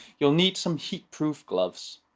you'll need some heat proof gloves.